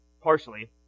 partially